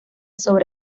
sobre